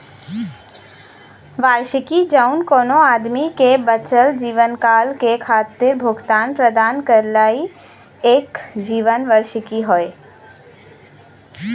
वार्षिकी जौन कउनो आदमी के बचल जीवनकाल के खातिर भुगतान प्रदान करला ई एक जीवन वार्षिकी हौ